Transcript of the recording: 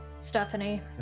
Stephanie